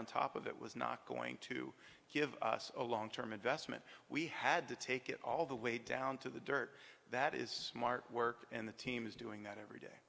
on top of that was not going to give us a long term investment we had to take it all the way down to the dirt that is smart work and the team is doing that every day